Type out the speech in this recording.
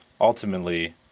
ultimately